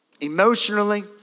emotionally